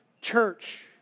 church